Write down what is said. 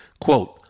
quote